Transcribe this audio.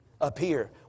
appear